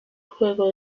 juego